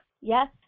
Yes